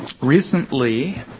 Recently